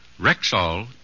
Rexall